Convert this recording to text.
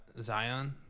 Zion